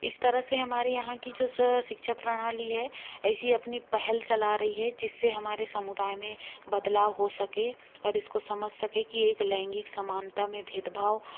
इस तरह से हमारे यहाँ की जो सिक्षा प्रणाली है ऐसी अपनी पहल चला रही है जिससे हमारे समुदाय में बदलाव हो सके और इसको समझ सके कि एक लैंगिक समानता में भेदभाव